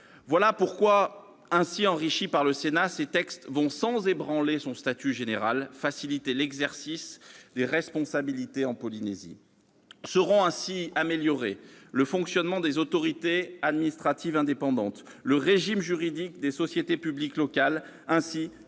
Voilà pourquoi, désormais enrichis par le Sénat, ces textes vont, sans ébranler le statut général de la Polynésie, faciliter l'exercice des responsabilités dans ce territoire. Seront ainsi améliorés le fonctionnement des autorités administratives indépendantes, le régime juridique des sociétés publiques locales et